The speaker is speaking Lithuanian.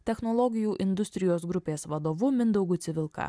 technologijų industrijos grupės vadovu mindaugu civilka